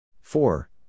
Four